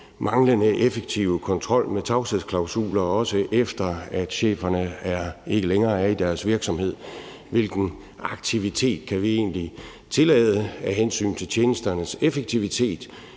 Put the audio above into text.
manglende effektive kontrol med tavshedsklausuler, også efter at cheferne ikke længere er i deres virksomhed. Hvilken aktivitet kan vi egentlig tillade af hensyn til tjenesternes effektivitet?